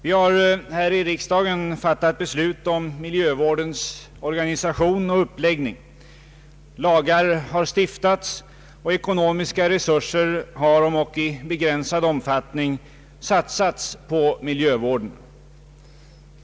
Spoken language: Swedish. Vi har här i riksdagen fattat beslut om miljövårdens organisation och uppläggning. Lagar har stiftats, och ekonomiska resurser har, om ock i begränsad omfattning, satsats på miljövården.